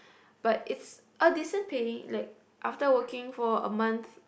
but is a decent pay like after working for a month